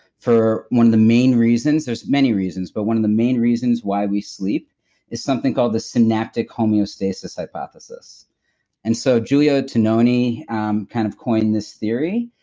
for one of the main reasons, there's many reasons, but one of the main reasons why we sleep is something called the synaptic homeostasis hypothesis and so giulio tononi kind of coined this theory,